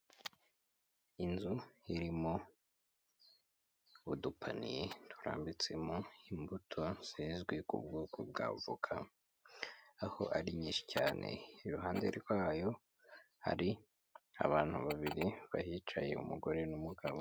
Inzu irimo udupaniye turambitsemo imbuto zizwi ku bwoko bw'avoka, aho ari nyinshi cyane iruhande rwayo hari abantu babiri bahicaye umugore n'umugabo.